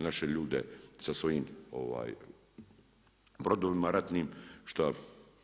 Naše ljude sa svojim brodovima ratnim šta